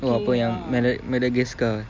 oh apa yang mada~ madagascar